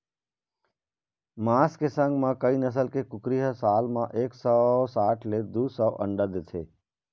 मांस के संग म कइ नसल के कुकरी ह साल म एक सौ साठ ले दू सौ अंडा देथे